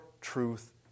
truth